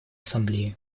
ассамблеи